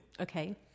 Okay